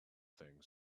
thing